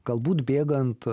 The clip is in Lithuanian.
galbūt bėgant